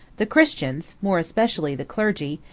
the christians, more especially the clergy,